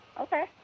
Okay